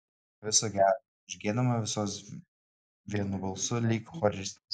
viso gero užgiedame visos vienu balsu lyg choristės